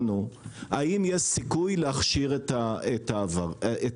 האם יש סיכוי להכשיר את העבירה?